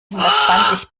hundertzwanzig